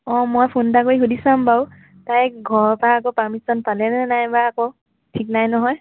অঁ মই ফোন এটা কৰি সুধি চাম বাৰু তাই ঘৰৰ পৰা আকৌ পাৰ্মিছন পালে নে নাই বা ঠিক নাই নহয়